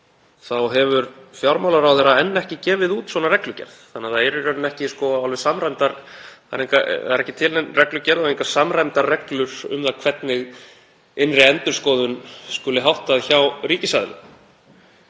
þá hefur fjármálaráðherra enn ekki gefið út svona reglugerð. Það er því í rauninni ekki til nein reglugerð og engar samræmdar reglur um það hvernig innri endurskoðun skuli háttað hjá ríkisaðilum.